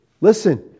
Listen